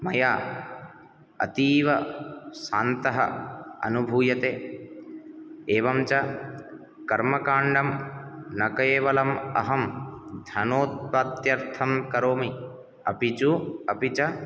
मया अतीव शान्तः अनुभूयते एवं च कर्मकाण्डं न केवलम् अहं धनोत्त्पत्यर्थं करोमि अपि च अपि च